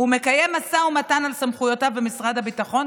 ומקיים משא ומתן על סמכויותיו במשרד הביטחון,